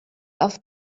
auf